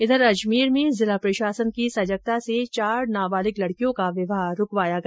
इधर अजमेर में जिला प्रशासन की सजगता से चार नाबालिग लडकियों का विवाह रूकवाया गया